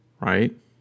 right